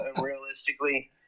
Realistically